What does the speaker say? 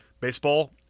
baseball